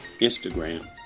Instagram